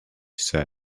said